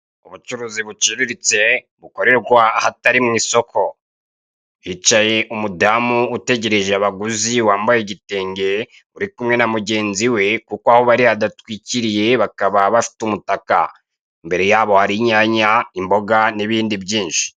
Ubucuruzi buciriritse bukorerwa ahatari mwisoko hicaye umudamu utegereje abaguzi wambaye igitenge uri kumwe na mugenzi we kuko aho bari hadatwikiriye bakaba bafite umutaka imbere yabo hari inyanya, imboga nibindi byinshi.